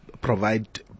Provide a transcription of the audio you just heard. provide